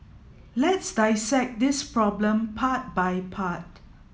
let's dissect this problem part by part